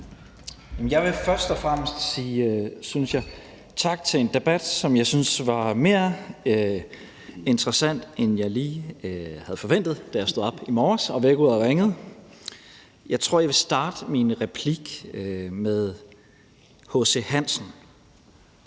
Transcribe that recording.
Jeg vil først og fremmest sige tak for en debat, som var, synes jeg, mere interessant, end jeg lige havde forventet, da vækkeuret ringede og jeg stod op i morges. Jeg tror, at jeg vil starte min tale med H.C. Hansen,